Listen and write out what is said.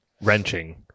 Wrenching